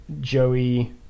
Joey